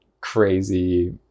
crazy